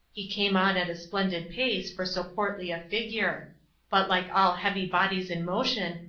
he came on at a splendid pace for so portly a figure but, like all heavy bodies in motion,